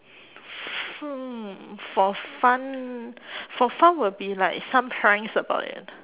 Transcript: hmm for fun for fun will be like some prize about it